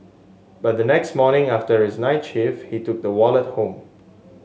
but the next morning after his night shift he took the wallet home